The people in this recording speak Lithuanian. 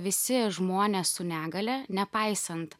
visi žmonės su negalia nepaisant